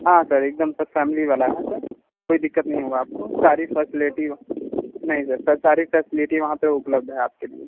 हाँ सर एक दम सब फैमिली वाला है सर कोई दिक्कत नहीं होगा आपको सारी फैसिलिटी नहीं सर सर सारी फैसिलिटी वहाँ उपलब्ध है आपके लिए